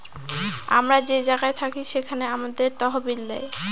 আমরা যে জায়গায় থাকি সেখানে আমাদের তহবিল দেয়